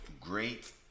great